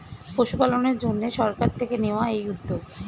পশুপালনের জন্যে সরকার থেকে নেওয়া এই উদ্যোগ